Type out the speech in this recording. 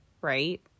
right